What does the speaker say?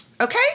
okay